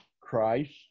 Christ